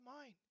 mind